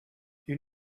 you